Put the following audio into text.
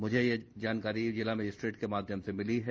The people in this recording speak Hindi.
मुझे यह जानकारी जिला मजिस्ट्रेट के माध्यम से मिली है